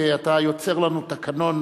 אתה יוצר לנו תקנון,